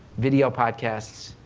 video podcasts